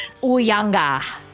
Uyanga